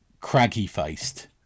craggy-faced